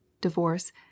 divorce